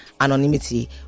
anonymity